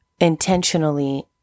intentionally